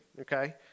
okay